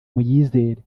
muyizere